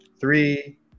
three